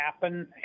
happen